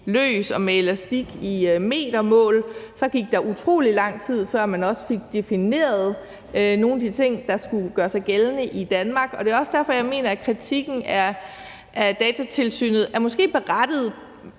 løs og med elastik i metermål, og så gik der utrolig lang tid, før man fik defineret nogle af de ting, der skulle gøre sig gældende i Danmark. Det er også derfor, jeg mener, at kritikken af Datatilsynet måske er berettiget